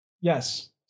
Yes